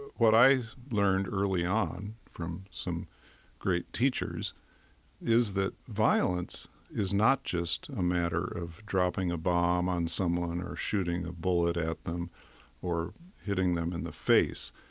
what i learned early on from some great teachers is that violence is not just a matter of dropping a bomb on someone or shooting a bullet at them or hitting them in the face.